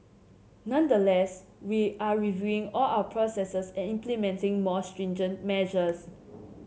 nonetheless we are reviewing all our processes and implementing more stringent measures